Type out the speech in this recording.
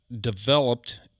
developed